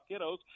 kiddos